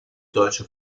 deutsche